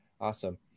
Awesome